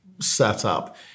setup